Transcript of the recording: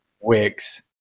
Wix